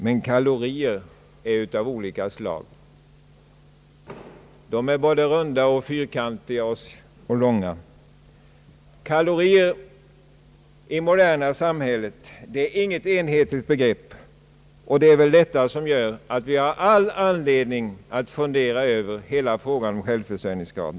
Men kalorier är av olika slag; de är både runda, fyrkantiga och långa. Kalorier är i det moderna samhället inget enhetligt be grepp, och det är väl detta som gör att vi har all anledning fundera över hela frågan om självförsörjningsgraden.